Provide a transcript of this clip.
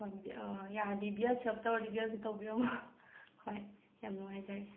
ꯍꯣꯏ ꯌꯥꯔꯗꯤ ꯕꯤꯌꯔ ꯁꯔꯞ ꯇꯧꯔꯗꯤ ꯕꯤꯌꯔꯁꯨ ꯇꯧꯕꯤꯔꯝꯃꯨ ꯍꯣꯏ ꯌꯥꯝ ꯅꯨꯡꯉꯥꯏꯖꯔꯦ